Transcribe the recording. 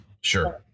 Sure